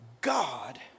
God